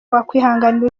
wakwihanganira